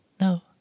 No